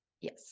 Yes